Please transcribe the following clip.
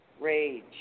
rage